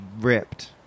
ripped